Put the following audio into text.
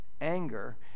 Anger